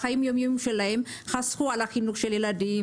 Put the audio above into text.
בחיי היום יום שלהם חסכו על החינוך של ילדים,